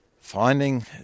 finding